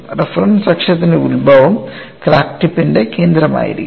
reference അക്ഷത്തിന്റെ ഉത്ഭവം crack ടിപ്പിന്റെ കേന്ദ്രമായിരിക്കും